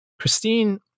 Christine